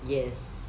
yes